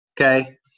okay